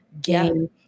game